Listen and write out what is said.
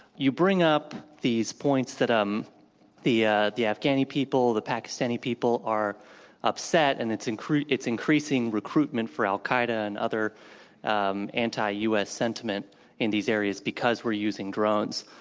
you bring up these points that um the yeah the afghani people, the pakistani people are upset, and it's increasing it's increasing recruitment for al-qaeda and other um anti-u. s. sentiment in these areas because we're using drones.